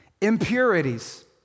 impurities